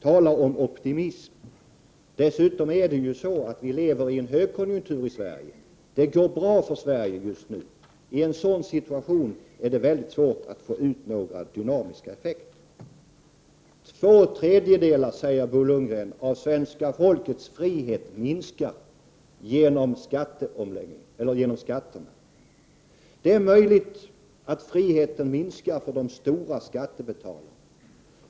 Tala om optimism! Dessutom lever vi i en högkonjunktur i Sverige. Det går bra för Sverige just nu. I en sådan situation är det svårt att få ut några dynamiska effekter. Bo Lundgren säger att två tredjedelar av svenska folkets frihet minskar genom skatterna. Det är möjligt att friheten minskar för de stora skattebetalarna.